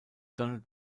donald